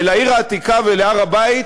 לעיר העתיקה ולהר-הבית,